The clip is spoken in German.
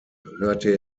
hörte